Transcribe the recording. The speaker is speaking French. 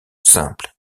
simples